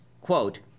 quote